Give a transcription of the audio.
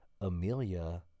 Amelia